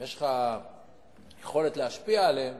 יש לך יכולת להשפיע עליהם,